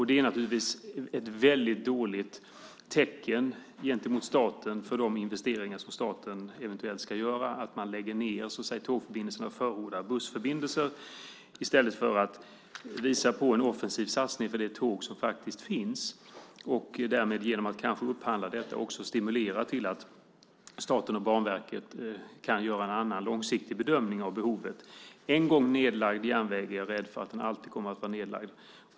Det är ett väldigt dåligt tecken gentemot staten för de investeringar som staten eventuellt ska göra att man lägger ned tågförbindelserna och förordar bussförbindelser i stället för att visa på en offensiv satsning för det tåg som finns. Genom att upphandla skulle man kanske också stimulera till att staten och Banverket kan göra en annan långsiktig bedömning av behovet. Jag är rädd för att en järnväg som en gång lagts ned alltid kommer att vara nedlagd.